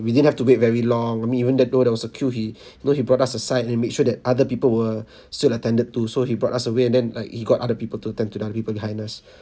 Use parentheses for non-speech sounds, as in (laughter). we didn't have to wait very long I mean even that though there was a queue he (breath) you know he brought us aside and make sure that other people were (breath) still attended to so he brought us away and then like he got other people to attend to the people behind us (breath)